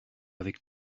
avec